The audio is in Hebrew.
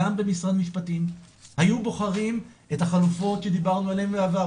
גם במשרד המשפטים היו בוחרים את החלופות שדיברנו עליהן בעבר,